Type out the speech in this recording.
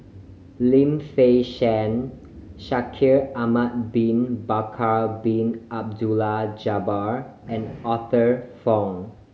Lim Fei Shen Shaikh Ahmad Bin Bakar Bin Abdullah Jabbar and Arthur Fong